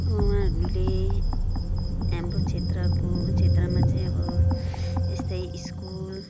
उहाँहरूले हाम्रो क्षेत्रको क्षेत्रमा चाहिँ अब यस्तै स्कुल